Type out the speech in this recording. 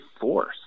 force